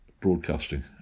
broadcasting